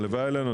הלוואי עלינו.